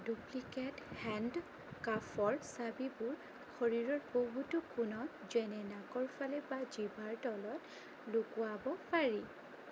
duplicate হেণ্ডকাফৰ চাবিবোৰ শৰীৰৰ বহুতো কোণত যেনে নাকৰ ফালে বা জিভাৰ তলত লুকুৱাব পাৰি